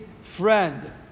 friend